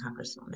congresswoman